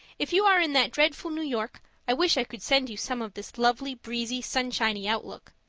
if you are in that dreadful new york, i wish i could send you some of this lovely, breezy, sunshiny outlook.